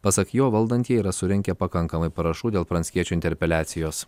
pasak jo valdantieji yra surinkę pakankamai parašų dėl pranckiečio interpeliacijos